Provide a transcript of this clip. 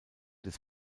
des